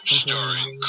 starring